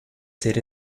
ser